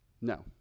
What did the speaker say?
No